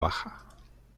baja